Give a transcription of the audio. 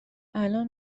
الان